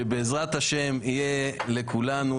שבעזרת ה' יהיה לכולנו,